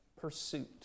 pursuit